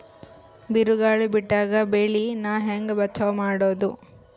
ಬಿರುಗಾಳಿ ಬಿಟ್ಟಾಗ ಬೆಳಿ ನಾ ಹೆಂಗ ಬಚಾವ್ ಮಾಡೊದು?